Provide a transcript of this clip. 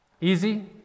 Easy